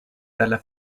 dalla